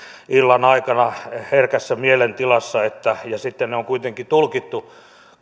illan aikana herkässä mielentilassa ja sitten ne on kuitenkin tulkittu